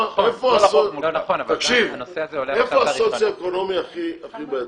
תקשיב, איפה הסוציו הכי בעייתי?